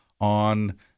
on